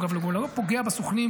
אגב, הוא גם לא פוגע בסוכנים.